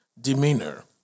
demeanor